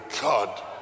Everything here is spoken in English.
god